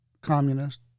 communist